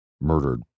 murdered